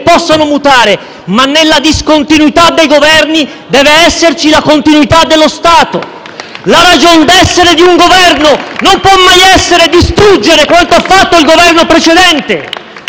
possono mutare; tuttavia, nella discontinuità dei Governi deve esserci la continuità dello Stato. La ragion d'essere di un Governo non può mai essere distruggere quanto ha fatto quello precedente!